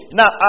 now